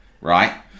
right